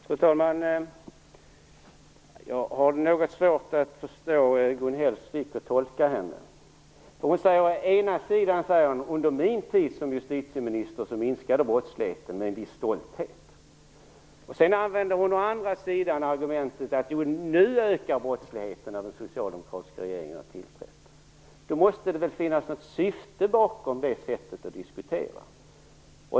Fru talman! Jag har något svårt att förstå och tolka Gun Hellsvik. Hon säger å ena sidan med en viss stolthet att brottsligheten minskade under hennes tid som justitieminister. Å andra sidan använder hon argumentet att brottsligheten ökar när den socialdemokratiska regeringen har tillträtt. Det måste väl finnas något syfte bakom det sättet att diskutera.